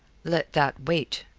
let that wait,